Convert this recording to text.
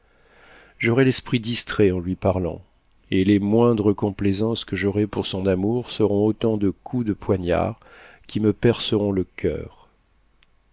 j'aurai l'esprit distrait en lui parlant et les moindres complaisances que j'aurai pour son amour seront autant de coups de poignard qui me perceront le cœur